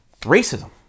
Racism